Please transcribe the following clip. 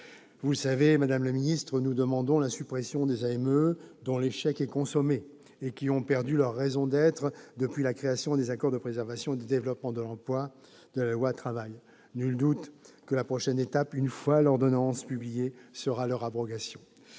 Vous le savez, madame la ministre, nous demandons la suppression des AME, dont l'échec est consommé, et qui ont perdu leur raison d'être depuis la création des accords de préservation et de développement de l'emploi par la loi Travail. Nul doute que la prochaine étape, une fois l'ordonnance publiée, sera leur abrogation.